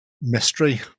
mystery